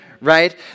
right